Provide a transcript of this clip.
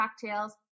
cocktails